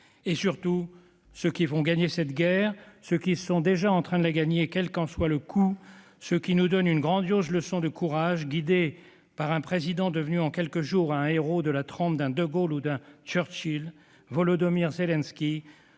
surprendre. Ceux qui vont gagner cette guerre, ceux qui sont déjà en train de la gagner quel qu'en soit le coût, ceux qui nous donnent une grandiose leçon de courage, guidés par un président devenu en quelques jours un héros de la trempe d'un De Gaulle ou d'un Churchill, Volodymyr Zelensky,